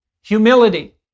humility